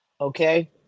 okay